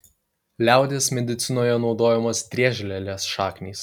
liaudies medicinoje naudojamos driežlielės šaknys